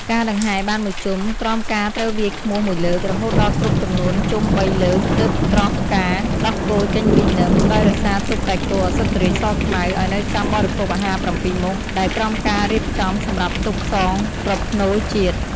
ការដង្ហែរបានមួយជុំ ក្រមការត្រូវវាយឃ្មោះមួយលើក រហូតដល់គ្រប់ចំនួនជុំបីលើក ទើបក្រមការ ដោះគោចេញពីនឹម ដោយរក្សាទុកតែគោ ឧសភរាជ សខ្មៅ ឱ្យនៅចាំបរិភោគអាហារ ៧មុខ ដែលក្រមការរៀបចំសម្រាប់ទុកផ្សងប្រផ្នូលជាតិ។